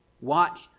Watch